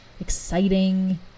exciting